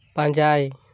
ᱯᱟᱸᱡᱟᱭ